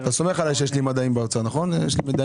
יש לי מידעים באוצר מבפנים.